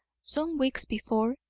some weeks before,